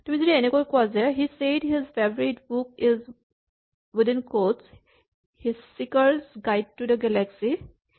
তুমি যদি এনেকৈ কোৱা যে ''' he said his favourite book is within cotch "Hitchhiker's guide to the galaxy" "'